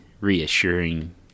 reassuring